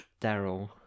Daryl